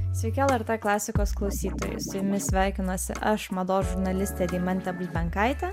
sveiki lrt klasikos klausytojai su jumis sveikinuosi aš mados žurnalistė deimantė bulbenkaitė